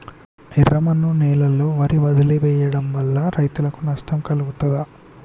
ఎర్రమన్ను నేలలో వరి వదిలివేయడం వల్ల రైతులకు నష్టం కలుగుతదా?